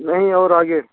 नहीं और आगे